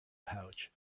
pouch